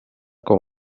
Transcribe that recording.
com